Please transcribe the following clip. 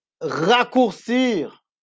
raccourcir